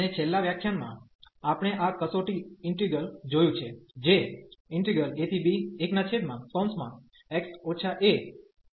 અને છેલ્લા વ્યાખ્યાનમાં આપણે આ કસોટી ઈન્ટિગ્રલ જોયું છે જે ab1x apdx હતું